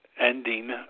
ending